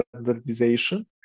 standardization